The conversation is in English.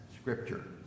scripture